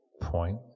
point